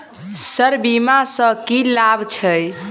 Sir बीमा सँ की लाभ छैय?